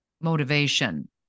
motivation